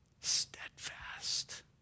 steadfast